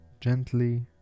gently